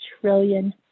trillion